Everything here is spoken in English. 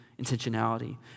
intentionality